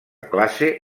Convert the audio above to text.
classe